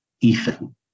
Ethan